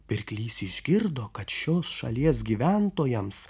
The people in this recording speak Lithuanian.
pirklys išgirdo kad šios šalies gyventojams